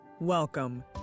Welcome